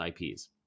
IPs